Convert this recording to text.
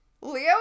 leo